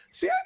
See